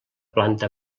planta